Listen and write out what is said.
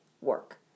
work